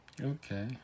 Okay